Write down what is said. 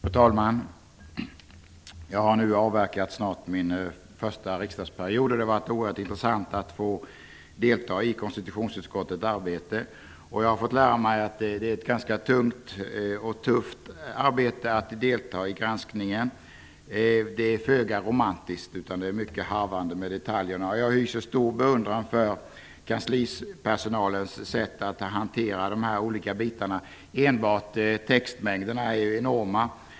Fru talman! Jag har nu snart avverkat min första riksdagsperiod. Det har varit oerhört intressant att få delta i konstitutionsutskottets arbete. Jag har fått lära mig att det är ett ganska tungt och tufft arbete att delta i granskningen. Det är föga romantiskt. Det är mycket harvande med detaljer. Jag hyser stor beundran för kanslipersonalens sätt att hantera de olika bitarna. Enbart textmängderna är enorma.